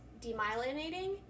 demyelinating